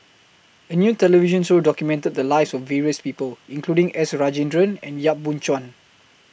A New television Show documented The Lives of various People including S Rajendran and Yap Boon Chuan